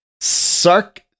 Sark